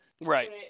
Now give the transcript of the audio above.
Right